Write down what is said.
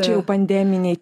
čia jau pandeminiai